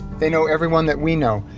they know everyone that we know.